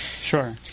Sure